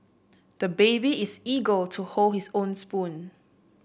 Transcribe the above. the baby is to hold his own spoon